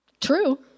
True